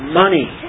money